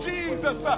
Jesus